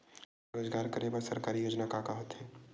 रोजगार करे बर सरकारी योजना का का होथे?